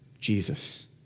Jesus